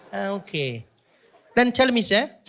okay then tell me sir.